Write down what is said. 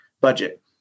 budget